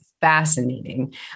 fascinating